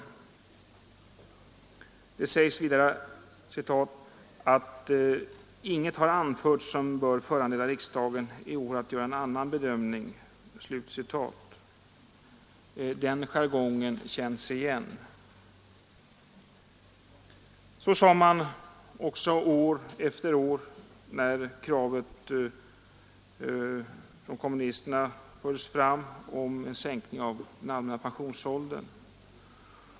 Utskottet skriver också att det inte har anförts några skäl som bör föranleda riksdagen att i år göra en annan bedömning. Den jargongen känns igen. Så sade man också år efter år, när kravet på en sänkning av den allmänna pensionsåldern fördes fram av kommunisterna.